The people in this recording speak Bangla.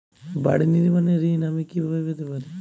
বাড়ি নির্মাণের ঋণ আমি কিভাবে পেতে পারি?